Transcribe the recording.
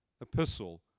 epistle